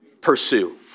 pursue